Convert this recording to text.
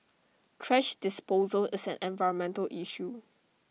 thrash disposal is an environmental issue